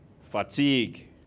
fatigue